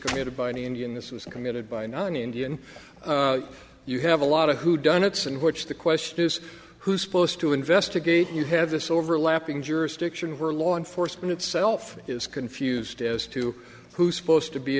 committed by an indian this was committed by not an indian you have a lot of whodunits in which the question is who's supposed to investigate you have this overlapping jurisdiction where law enforcement itself is confused as to who's supposed to be